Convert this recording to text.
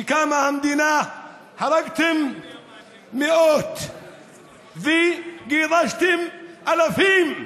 כשקמה המדינה הרגתם מאות וגירשתם אלפים.